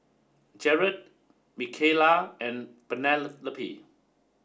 Jaret Micayla and Penelope